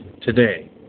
today